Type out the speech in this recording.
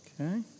Okay